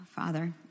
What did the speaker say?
Father